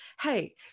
hey